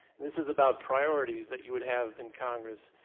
this is about priorities that you would have in congress.